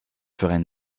ferais